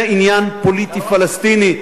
זה עניין פוליטי פלסטיני,